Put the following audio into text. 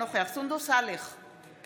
אינו נוכח סונדוס סאלח,